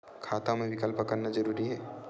खाता मा विकल्प करना जरूरी है?